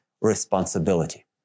responsibility